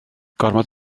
gormod